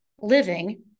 living